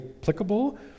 applicable